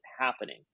happening